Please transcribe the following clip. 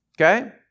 okay